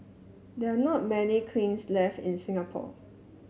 there are not many cleans left in Singapore